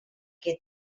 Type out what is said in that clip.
què